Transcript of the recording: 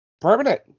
Permanent